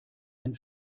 ein